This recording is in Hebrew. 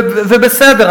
ובסדר,